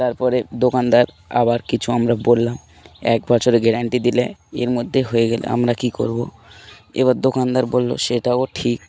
তারপরে দোকানদার আবার কিছু আমরা বললাম এক বছর গ্যারান্টি দিলে এর মধ্যে হয়ে গেলে আমরা কী করবো এবার দোকানদার বললো সেটাও ঠিক